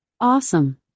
Awesome